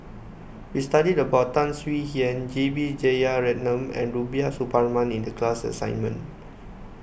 we studied about Tan Swie Hian J B Jeyaretnam and Rubiah Suparman in the class assignment